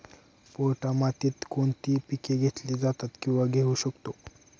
पोयटा मातीत कोणती पिके घेतली जातात, किंवा घेऊ शकतो?